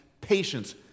patience